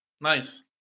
Nice